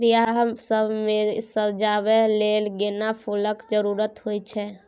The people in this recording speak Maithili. बियाह सब मे सजाबै लेल गेना फुलक जरुरत होइ छै